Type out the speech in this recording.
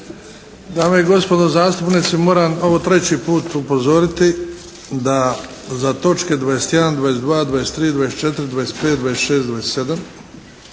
Dame i gospodo zastupnici, moram ovo treći put upozoriti da za točke 21., 22., 23., 24., 25., 26., 27.,